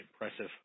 impressive